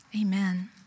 Amen